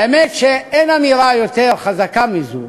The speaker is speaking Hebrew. האמת שאין אמירה יותר חזקה מזו